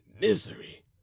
misery